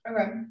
okay